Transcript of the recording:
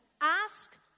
Ask